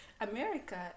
America